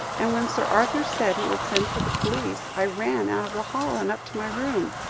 and when sir arthur said he would send for the police, i ran out of the hall, and up to my room.